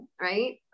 right